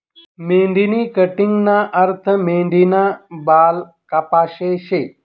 मेंढीनी कटिंगना अर्थ मेंढीना बाल कापाशे शे